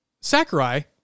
Sakurai